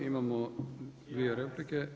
Imamo dvije replike.